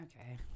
Okay